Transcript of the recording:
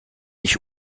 ich